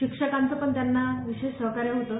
शिक्षकांचं पण त्यांना विशेष सहकार्य होतं